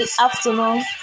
afternoon